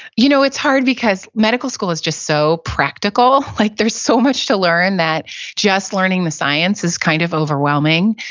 you know, it's hard because medical school is just so practical. like there's so much to learn that just learning the science is kind of overwhelming.